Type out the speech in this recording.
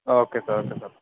okay sir okay sir